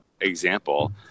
example